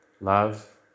Love